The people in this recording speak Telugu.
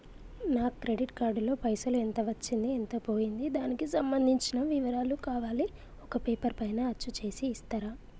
నా క్రెడిట్ కార్డు లో పైసలు ఎంత వచ్చింది ఎంత పోయింది దానికి సంబంధించిన వివరాలు కావాలి ఒక పేపర్ పైన అచ్చు చేసి ఇస్తరా?